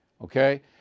Okay